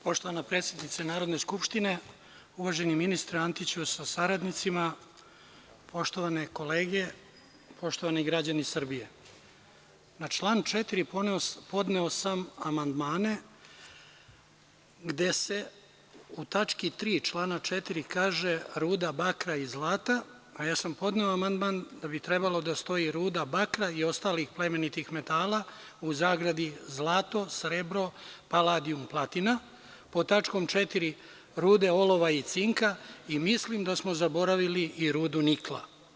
Poštovana predsednice Narodne skupštine, uvaženi ministre Antiću sa saradnicima, poštovane kolege, poštovani građani Srbije, na član 4. podneo sam amandmane gde se u tački 3. člana 4. kaže – ruda bakra i zlata, a ja sam podneo amandman da bi trebalo da stoji – ruda bakra i ostalih plemenitih metala (zlato, srebro, paladijum, platina), pod tačkom 4. – rude olova i cinka, i mislim da smo zaboravili i rudu nikla.